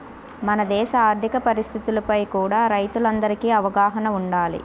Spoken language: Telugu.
మన దేశ ఆర్ధిక పరిస్థితులపై కూడా రైతులందరికీ అవగాహన వుండాలి